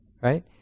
Right